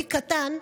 תיק קטן,